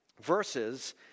verses